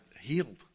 healed